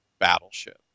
battleship